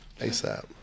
ASAP